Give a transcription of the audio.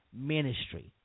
ministry